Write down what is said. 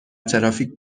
ترافیک